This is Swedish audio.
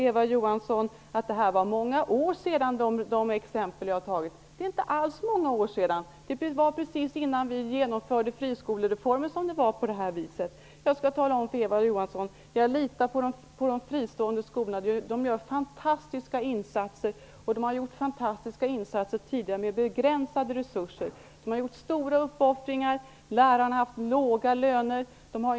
Eva Johansson sade att de exempel jag tog är många år gamla. De är inte alls särskilt gamla. Exemplen är från tiden precis innan vi genomförde friskolereformen. Jag skall tala om för Eva Johansson att jag litar på de fristående skolorna. De gör fantastiska insatser. De har redan tidigare gjort fantastiska insatser med begränsade resurser. De har gjort stora uppoffringar. Lärarna har haft låga löner.